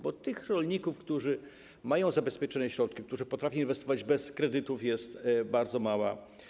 Bo liczba tych rolników, którzy mają zabezpieczone środki, którzy potrafią inwestować bez kredytów, jest bardzo mała.